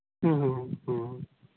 ᱦᱮᱸ ᱦᱮᱸ ᱦᱮᱸ ᱦᱮᱸ